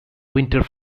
winter